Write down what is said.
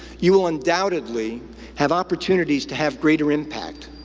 you will undoubtedly have opportunities to have greater impact,